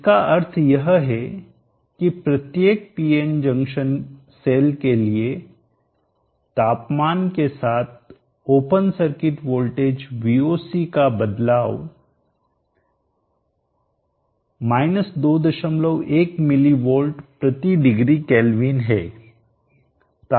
इसका अर्थ यह है कि प्रत्येक PN जंक्शन सेल के लिए तापमान के साथ ओपन सर्किट वोल्टेज Voc का बदलाव 21 मिली वोल्ट प्रति डिग्री केल्विन है